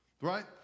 right